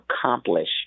accomplish